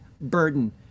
burden